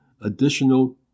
additional